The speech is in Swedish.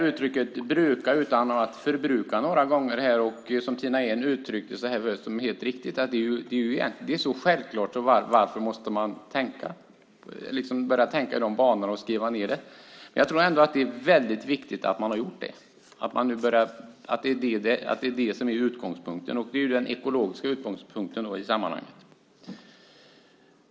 Uttrycket bruka utan att förbruka har nämnts några gånger i debatten. Som Tina Ehn helt riktigt sade är det så självklart att man kan fråga sig varför man alls måste börja tänka i de banorna och skriva ned det. Jag tror att det ändå är viktigt att man gjort det, att man visat att det är det som är utgångspunkten, det vill säga den ekologiska utgångspunkten, i sammanhanget.